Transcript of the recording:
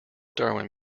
darwin